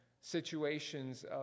situations